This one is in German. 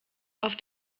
auf